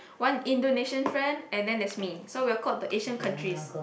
one Indonesian friend and then there's me so we will call the Asian countries